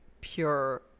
pure